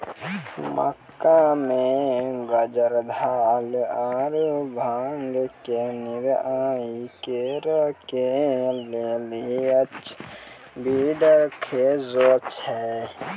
मक्का मे गाजरघास आरु भांग के निराई करे के लेली अच्छा वीडर खोजे छैय?